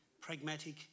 pragmatic